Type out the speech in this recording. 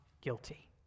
guilty